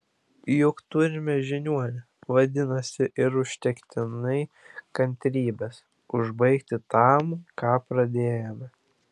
juk turime žiniuonę vadinasi ir užtektinai kantrybės užbaigti tam ką pradėjome